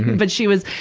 but she was,